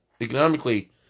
Economically